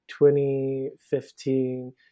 2015